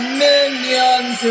minions